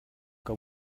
que